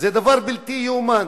זה בלתי ייאמן.